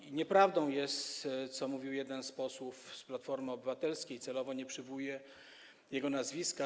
I nieprawdą jest to, co mówił jeden z posłów z Platformy Obywatelskiej - celowo nie przywołuję jego nazwiska.